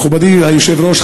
מכובדי היושב-ראש,